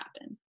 happen